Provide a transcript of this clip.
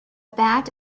bat